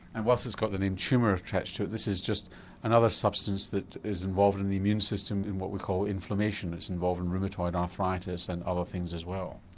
and while so it's got the name tumour attached to it this is just another substance that is involved in the immune system in what we call inflammation it's involved in rheumatoid arthritis and other things as well.